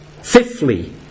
Fifthly